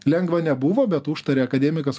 lengva nebuvo bet užtarė akademikas